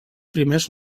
primers